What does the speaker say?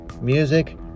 music